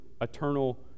eternal